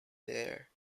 there